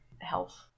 health